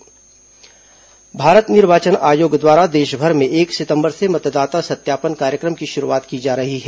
मतदाता सत्यापन कार्यक्रम भारत निर्वाचन आयोग द्वारा देशभर में एक सितंबर से मतदाता सत्यापन कार्यक्रम की शुरूआत की जा रही है